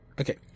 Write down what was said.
Okay